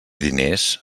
diners